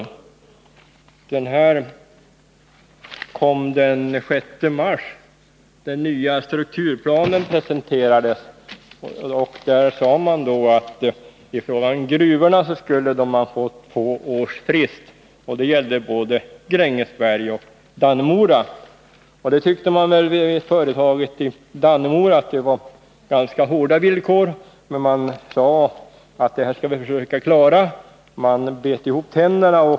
I det nummer som kom ut den 6 mars och där den nya strukturplanen presenterades sägs att gruvorna i Grängesberg och Dannemora skulle få en frist på två år. Detta tyckte man vid företaget i Dannemora var ganska hårda villkor men sade att man skulle försöka; det skulle nog gå om man bet ihop tänderna.